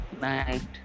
night